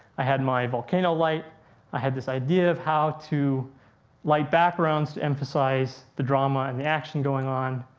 i had my volcano light i had this idea of how to light backgrounds to emphasize the drama and action going on,